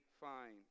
find